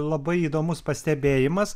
labai įdomus pastebėjimas